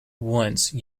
once